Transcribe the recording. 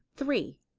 three.